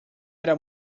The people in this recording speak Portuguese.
era